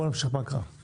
בואו נמשיך בהקראה.